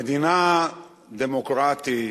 במדינה דמוקרטית,